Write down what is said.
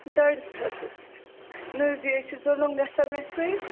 ڈۄڈس ہَتس نہَ حظ یہِ حظ چھُ ظلم گَژھان اَسہِ سۭتۍ